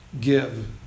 Give